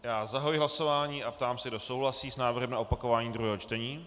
Já zahajuji hlasování a ptám se, kdo souhlasí s návrhem na opakování druhého čtení.